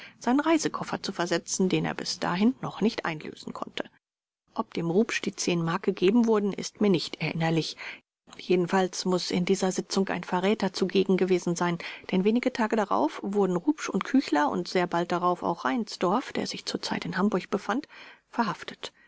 seinen reisekoffer zu versetzen den er bis dahin noch nicht einlösen konnte ob dem rupsch die zehn mark gegeben wurden ist mir nicht erinnerlich jedenfalls muß in dieser sitzung ein verräter zugegen gewesen sein denn wenige tage darauf wurden rupsch und küchler und sehr bald darauf auch reinsdorf der sich zur zeit in hamburg befand verhaftet